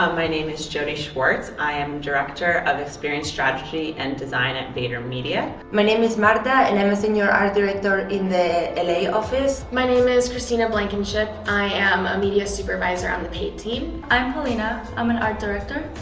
um my name is jodi schwartz, i am director of experience strategy and design at vayner media. my name is marta and i'm a senior art director in the and la office. my name is christina blankenship, i am a media supervisor on the paid team. i'm polina, i'm an art director.